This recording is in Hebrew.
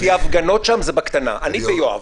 לפי ההפגנות שם זה בקטנה, אני ויואב.